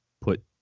put